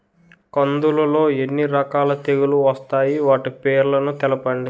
కందులు లో ఎన్ని రకాల తెగులు వస్తాయి? వాటి పేర్లను తెలపండి?